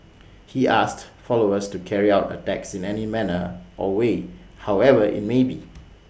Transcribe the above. he asked followers to carry out attacks in any manner or way however IT may be